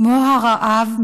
כמו הרעב,